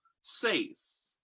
says